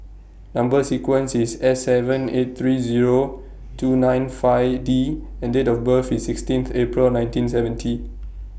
Number sequence IS S seven eight three Zero two nine five D and Date of birth IS sixteenth April nineteen seventy